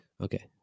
Okay